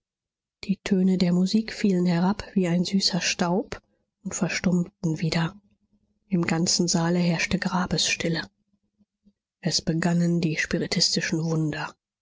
die töne der musik fielen herab wie ein süßer staub und verstummten wieder im ganzen saale herrschte grabesstille es begannen die spiritistischen wunder